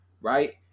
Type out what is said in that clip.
Right